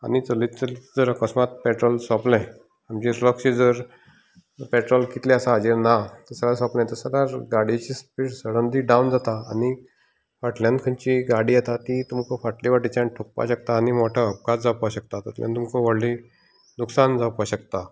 आनी चलयत चलयत तर अकस्मात पेट्रोल सोंपलें आमचें लक्ष जर पेट्रोल कितलें आसा हाजेर ना तर गाडयेची स्पीड सडनली डावन जाता आनी फाटल्यान खंयची गाडी येता ती तुमकां फाटले वटेच्यान ठोकपाक शकता आनी मोठो अपघात जावपाक शकता तातूंतल्यान तुमकां व्हडलें लुकसाण जावपाक शकता